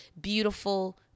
beautiful